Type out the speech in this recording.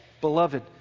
beloved